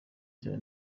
cyane